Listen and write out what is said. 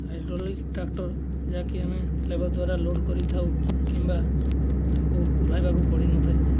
hydraulic tractor ଯାହାକି ଆମେ labour ଦ୍ୱାରା ଲୋଡ଼୍ କରିଥାଉ କିମ୍ବା ତାଙ୍କୁ ଓହ୍ଲାଇବାକୁ ପଡ଼ିନଥାଏ